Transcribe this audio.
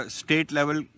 state-level